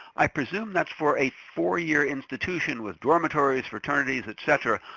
i presume that's for a four-year institution with dormitories, fraternities, et cetera.